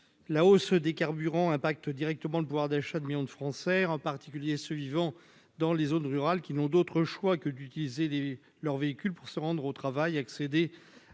La hausse du prix des carburants affecte directement le pouvoir d'achat de millions de Français, en particulier ceux qui vivent dans les zones rurales, qui n'ont d'autre choix que d'utiliser leur véhicule pour se rendre au travail ou accéder aux services